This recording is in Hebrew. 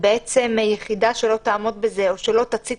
ובעצם יחידה שלא תעמוד בזה או שלא תציג